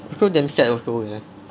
so damn sad also leh